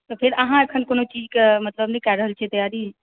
तऽ फेर अहाँ एखन कोनो चीज कऽ मतलब नहि कै रहल छियै तैआरी